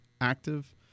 active